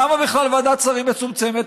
למה בכלל ועדת שרים מצומצמת?